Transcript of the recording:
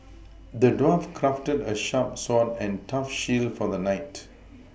the dwarf crafted a sharp sword and a tough shield for the knight